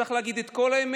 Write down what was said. צריך להגיד את כל האמת